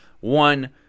one